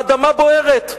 האדמה בוערת.